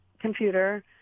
computer